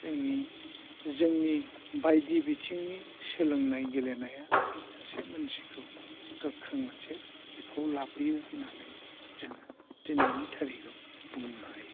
जोंनि जोंनि बायदि बिथिंनि सोलोंनाय गेलेनाया सासे मानसिखौ गोख्रों मोनसे बिफाव लाबोयो होननानै जोङो दिनैनि थारिखआव बुंनो हायो